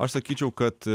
aš sakyčiau kad